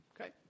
Okay